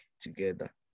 together